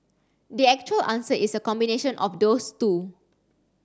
the actual answer is a combination of those two